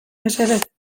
mesedez